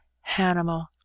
hanimal